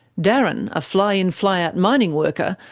darren, a fly in, fly out mining worker,